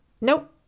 nope